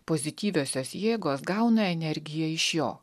pozityviosios jėgos gauna energiją iš jo